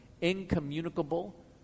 incommunicable